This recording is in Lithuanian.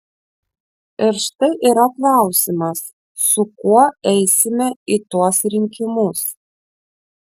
ir štai yra klausimas su kuo eisime į tuos rinkimus